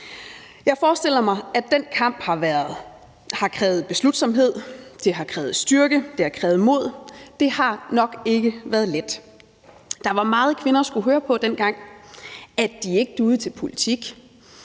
Jeg forestiller mig, at den kamp har krævet beslutsomhed, det har krævet styrke, det har krævet mod, det har nok ikke været let. Der var meget, kvinder skulle høre på dengang: at de ikke duede til politik,